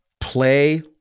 play